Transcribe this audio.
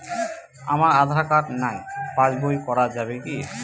আমার আঁধার কার্ড নাই পাস বই করা যাবে কি?